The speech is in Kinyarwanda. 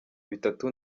bitatu